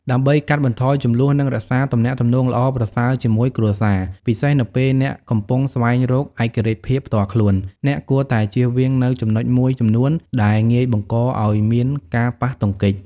ដើម្បីកាត់បន្ថយជម្លោះ និងរក្សាទំនាក់ទំនងល្អប្រសើរជាមួយគ្រួសារ ពិសេសនៅពេលអ្នកកំពុងស្វែងរកឯករាជ្យភាពផ្ទាល់ខ្លួន អ្នកគួរតែជៀសវាងនូវចំណុចមួយចំនួនដែលងាយបង្កឲ្យមានការប៉ះទង្គិច។